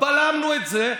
בלמנו את זה.